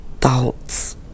thoughts